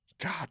God